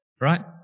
right